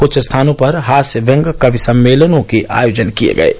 कुछ स्थानों पर हास्य व्यंग कवि सम्मेलनों के आयोजन किये गये हैं